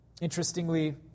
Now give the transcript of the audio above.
Interestingly